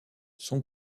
son